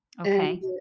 Okay